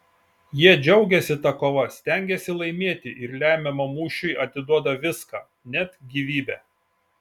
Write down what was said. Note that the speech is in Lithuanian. jie džiaugiasi ta kova stengiasi laimėti ir lemiamam mūšiui atiduoda viską net gyvybę